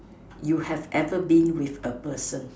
you have ever been with a person